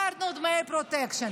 העברנו דמי פרוטקשן.